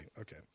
Okay